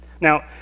Now